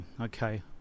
okay